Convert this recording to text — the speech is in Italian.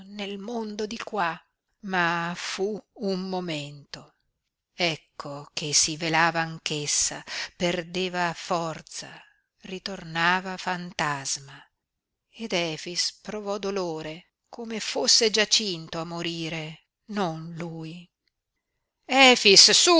nel mondo di qua ma fu un momento ecco che si velava anch'essa perdeva forza ritornava fantasma ed efix provò dolore come fosse giacinto a morire non lui efix